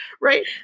right